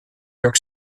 york